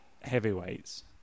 heavyweights